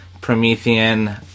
Promethean